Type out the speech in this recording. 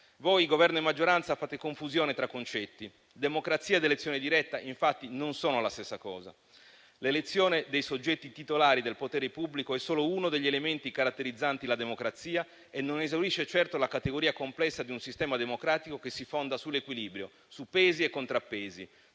Voi, Governo e maggioranza, fate confusione tra concetti: democrazia ed elezione diretta, infatti, non sono la stessa cosa. L'elezione dei soggetti titolari del potere pubblico è solo uno degli elementi caratterizzanti la democrazia e non esaurisce certo la categoria complessa di un sistema democratico che si fonda sull'equilibrio, su pesi e contrappesi,